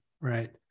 right